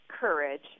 courage